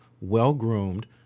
well-groomed